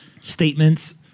statements